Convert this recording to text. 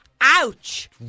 Ouch